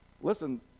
listen